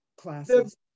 classes